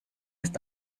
ist